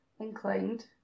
inclined